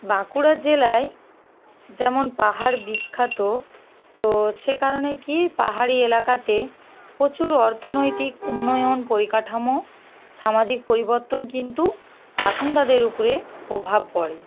বাঁকুড়া জেলায় যেমন পাহাড় বিখ্যাত তো সে কারণে কী পাহাড়ি এলাকাতে প্রচুর অর্থনৈতিক উন্নয়ন পরিকাঠামো সামাজিক পরিবর্তন কিন্তু বাসিন্দাদের উপরে প্রভাব পড়ে